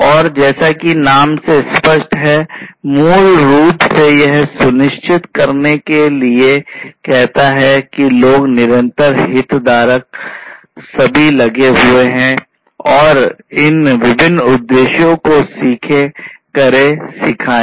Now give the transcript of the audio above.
और जैसा कि नाम से स्पष्ट है मूल रूप से यह सुनिश्चित करने के लिए कहता है कि लोग निरंतर हितधारक सभी लगे हुए हैं और इन विभिन्न उद्देश्यों को सीखें करें सिखाएँ